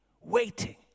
waiting